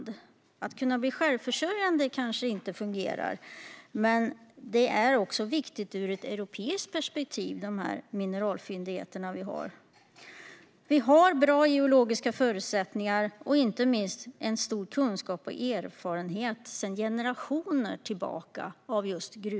Det fungerar kanske inte att bli självförsörjande, men våra mineralfyndigheter är viktiga, också ur ett europeiskt perspektiv. Vi har bra geologiska förutsättningar, och inte minst stor kunskap och erfarenheter av gruvbrytning sedan generationer tillbaka.